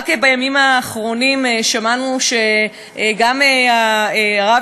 רק בימים האחרונים שמענו שגם הרב